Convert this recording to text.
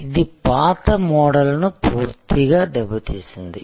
ఇది పాత మోడల్ను పూర్తిగా దెబ్బతీసింది